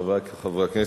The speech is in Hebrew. חברי הכנסת,